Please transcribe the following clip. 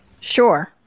Sure